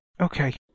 Okay